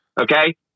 Okay